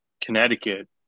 Connecticut